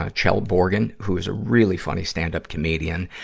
ah kjell bjorgen, who's a really funny stand-up comedian.